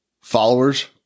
followers